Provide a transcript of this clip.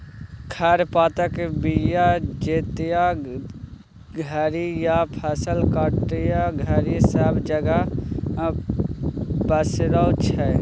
खर पातक बीया जोतय घरी या फसल काटय घरी सब जगह पसरै छी